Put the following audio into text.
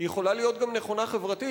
היא יכולה להיות גם נכונה חברתית,